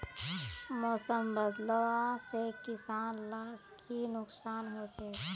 मौसम बदलाव से किसान लाक की नुकसान होचे?